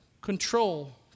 control